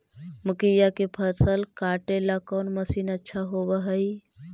मकइया के फसल काटेला कौन मशीन अच्छा होव हई?